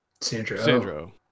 Sandro